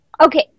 Okay